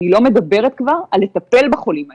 אני לא מדבר כבר על לטפל בחולים האלה,